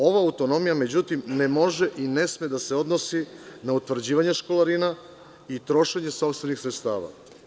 Ova autonomija, međutim, ne može i ne sme da se odnosi na utvrđivanje školarina i trošenje sopstvenih sredstava.